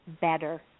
better